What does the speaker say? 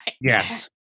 Yes